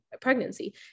pregnancy